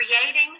creating